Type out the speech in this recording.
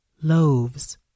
Loaves